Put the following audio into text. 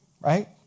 right